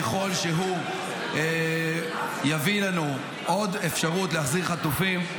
ככל שהוא יביא לנו עוד אפשרות להחזיר חטופים,